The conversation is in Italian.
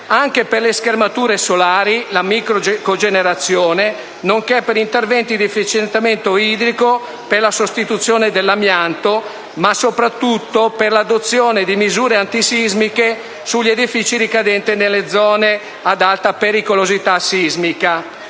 anche alle schermature solari e alla microcogenerazione, nonché agli interventi di efficientamento idrico e di sostituzione dell'amianto, ma soprattutto all'adozione di misure antisismiche sugli edifici ricadenti nelle zone ad alta pericolosità sismica.